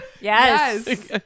yes